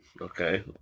Okay